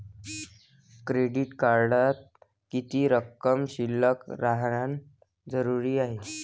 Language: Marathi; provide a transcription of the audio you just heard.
क्रेडिट कार्डात किती रक्कम शिल्लक राहानं जरुरी हाय?